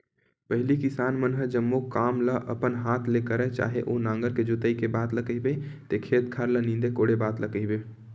पहिली किसान मन ह जम्मो काम ल अपन हात ले करय चाहे ओ नांगर के जोतई के बात ल कहिबे ते खेत खार ल नींदे कोड़े बात ल कहिबे